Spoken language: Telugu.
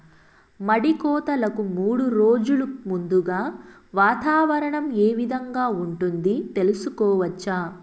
మడి కోతలకు మూడు రోజులు ముందుగా వాతావరణం ఏ విధంగా ఉంటుంది, తెలుసుకోవచ్చా?